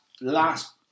last